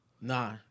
Nah